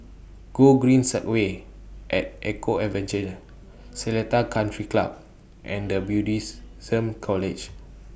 Gogreen Segway At Eco Adventure Seletar Country Club and The Buddhist Some College